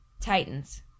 Titans